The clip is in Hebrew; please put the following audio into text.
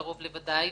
קרוב לוודאי,